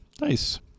nice